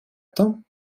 том